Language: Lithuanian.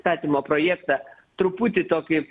įstatymo projektą truputį tokį